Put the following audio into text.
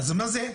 אז מה זה?